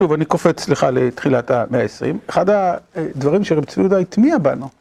טוב אני קופץ לך לתחילת המאה העשרים, אחד הדברים שהמציאות הטמיע בנו.